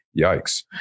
Yikes